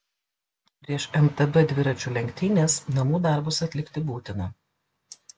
prieš mtb dviračių lenktynes namų darbus atlikti būtina